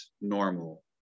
normal